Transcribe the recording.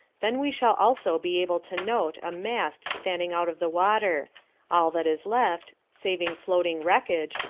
then we shall also be able to note a mast standing out of the water all that is left, saving floating wreckage,